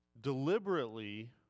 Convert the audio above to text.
deliberately